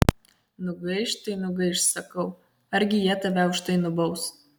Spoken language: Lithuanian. nugaiš tai nugaiš sakau argi jie tave už tai nubaus